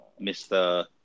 Mr